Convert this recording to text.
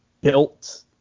built